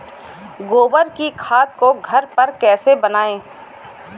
गोबर की खाद को घर पर कैसे बनाएँ?